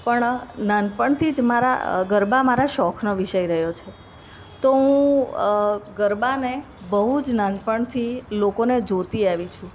પણ નાનપણથી જ મારા ગરબા મારા શોખનો વિષય રહ્યો છે તો હું ગરબાને બહુ જ નાનપણથી લોકોને જોતી આવી છું